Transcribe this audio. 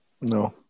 No